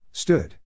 Stood